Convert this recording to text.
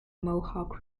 mohawk